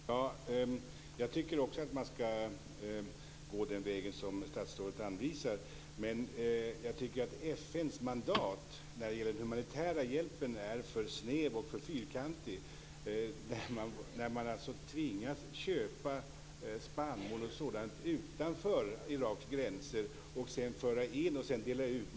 Fru talman! Jag tycker också att man skall gå den väg som statsrådet anvisar. Men jag tycker att FN:s mandat när det gäller den humanitära hjälpen är för snävt och fyrkantigt. Man tvingas alltså köpa spannmål och sådant utanför Iraks gränser och sedan föra in och dela ut.